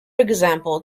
example